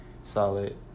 solid